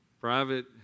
private